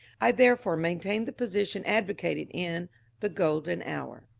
i therefore maintained the position advocated in the golden hour,